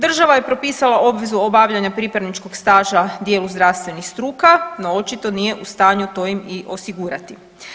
Država je propisala obvezu obavljanja pripravničkog staža dijelu zdravstvenih struka no očito nije u stanju to im i osigurati.